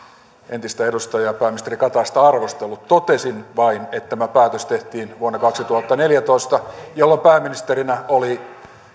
entistä edustajaa pääministeri kataista arvostellut totesin vain että tämä päätös tehtiin vuonna kaksituhattaneljätoista jolloin pääministerinä oli